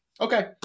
Okay